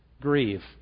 grieve